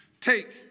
take